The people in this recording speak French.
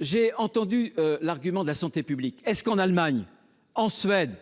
développer l’argument de la santé publique. Mais est ce que, en Allemagne, en Suède,